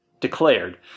declared